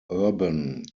urban